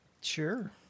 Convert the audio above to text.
Sure